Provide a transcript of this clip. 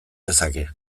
dezake